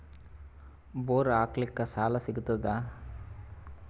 Bore ಹಾಕಲಿಕ್ಕ ಸಾಲ ಸಿಗತದ?